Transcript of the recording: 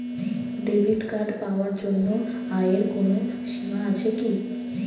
Debit card পাওয়ার জন্য আয়ের কোনো সীমা আছে কি?